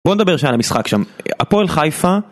בוא נדבר שנייה על המשחק שם, הפועל חיפה